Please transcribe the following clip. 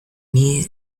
milles